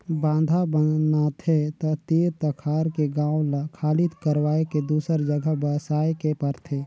बांधा बनाथे त तीर तखार के गांव ल खाली करवाये के दूसर जघा बसाए के परथे